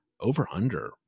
Over-under